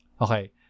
Okay